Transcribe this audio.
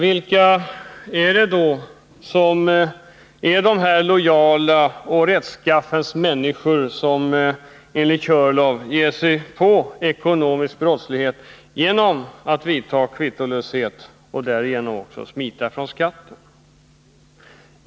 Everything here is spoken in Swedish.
Vilka är det då som är lojala och rättskaffens människor men som enligt Björn Körlof ger sig in i ekonomisk brottslighet genom att tillämpa kvittolöshet och därigenom också smita från skatt?